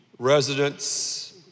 Residents